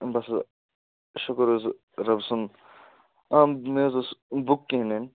بَس حظ شُکُر حظ رَبہٕ سُنٛد آ مےٚ حظ اوس بُک کِہیٖنۍ نہٕ